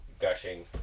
gushing